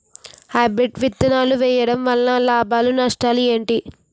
Hybrid విత్తనాలు వేయటం వలన లాభాలు నష్టాలు ఏంటి?